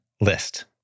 list